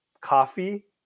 coffee